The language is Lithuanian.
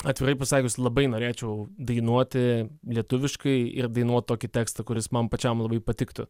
atvirai pasakius labai norėčiau dainuoti lietuviškai ir dainuot tokį tekstą kuris man pačiam labai patiktų